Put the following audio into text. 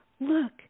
Look